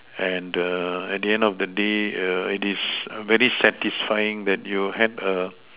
and the at the end of the day err it is a very satisfying that you had a